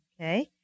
Okay